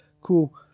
Cool